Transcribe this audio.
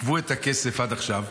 עיכבו את הכסף עד עכשיו.